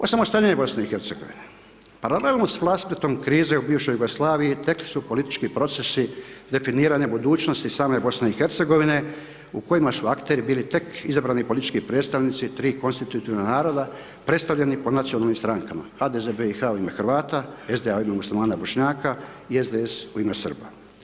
Osamostaljenje BiH-a, paralelno sa ... krize u bivšoj Jugoslaviji tekli su politički procesi definiranja budućnosti same BiH-a u kojima su akteri bili tek izabrani politički predstavnici tri konstitutivna naroda predstavljeni po nacionalnim strankama, HDZ BiH-a u ime Hrvata, SDA u ime Muslimana i Bošnjaka i SDS u ime Srba.